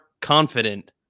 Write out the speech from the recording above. confident